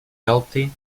healthy